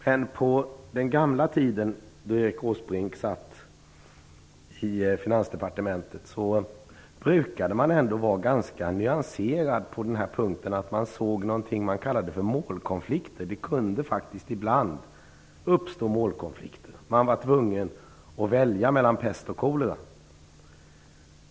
Men på den gamla tiden då Erik Åsbrink satt i Finansdepartementet brukade man ändå vara ganska nyanserad på den här punkten, att man såg något som man kallade målkonflikter. Det kunde faktiskt ibland uppstå målkonflikter. Man var tvungen att välja mellan pest och kolera.